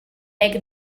make